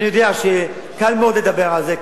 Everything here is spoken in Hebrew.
אני יודע שקל מאוד לדבר על זה,